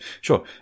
sure